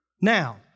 Now